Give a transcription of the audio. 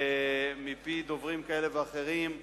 מפי דוברים כאלה ואחרים,